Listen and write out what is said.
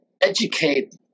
educate